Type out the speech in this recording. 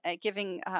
giving